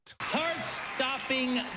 heart-stopping